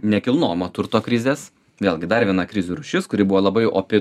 nekilnojamo turto krizės vėlgi dar viena krizių rūšis kuri buvo labai opi